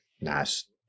nice